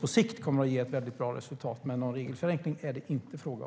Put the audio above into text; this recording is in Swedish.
På sikt kommer det att ge ett bra resultat, men någon regelförenkling är det inte fråga om.